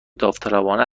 داوطلبانه